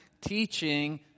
teaching